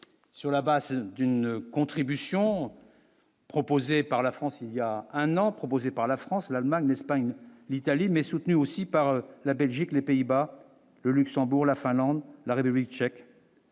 sur la base d'une contribution. Proposée par la France il y a un an, proposé par la France, l'Allemagne, l'Espagne, l'Italie, mais soutenu aussi par la Belgique, les Pays-Bas, le Luxembourg, la Finlande, la République tchèque.